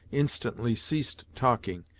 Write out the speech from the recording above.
instantly ceased talking,